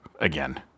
again